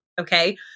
Okay